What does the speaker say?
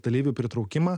dalyvių pritraukimą